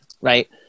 right